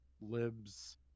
libs